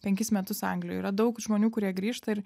penkis metus anglijoj yra daug žmonių kurie grįžta ir